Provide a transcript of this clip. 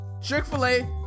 chick-fil-a